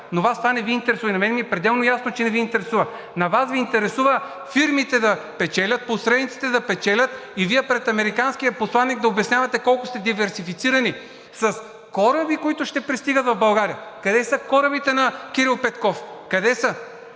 Но Вас това не Ви интересува и на мен ми е пределно ясно, че не Ви интересува. Вас Ви интересува фирмите да печелят, посредниците да печелят и Вие пред американския посланик да обяснявате колко сте диверсифицирани с кораби, които ще пристигат в България. Къде са корабите на Кирил Петков? Къде са?